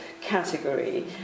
category